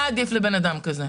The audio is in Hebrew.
מה עדיף לאדם כזה?